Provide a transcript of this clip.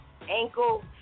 ankle